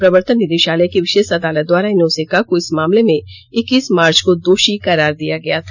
प्रवर्तन निदेशालय की विशेष अदालत द्वारा एनोस एक्का को इस मामले में इक्कीस मार्च को दोषी करार दिया गया था